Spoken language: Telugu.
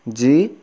జీ